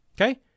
Okay